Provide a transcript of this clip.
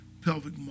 pelvic